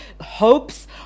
hopes